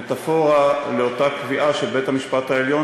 מטפורה לאותה קביעה של בית-המשפט העליון,